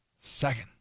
second